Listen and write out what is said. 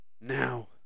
Now